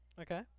Okay